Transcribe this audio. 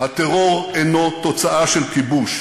הטרור אינו תוצאה של כיבוש,